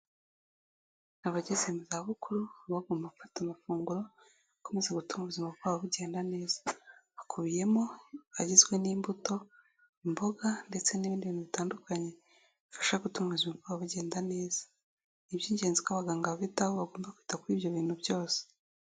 Abageze mu zabukuru baba bagomba gufata amafunguro akomeza gutuma ubuzima bwabo bugenda neza; hakubiyemo agizwe n'imbuto, imboga ndetse n'ibindi bintu bitandukanye, bifasha gutuma ubuzima bwabo bugenda neza. Ni iby'ingenzi ko abaganga babitaho, bagomba kwita kuri ibyo bintu byose.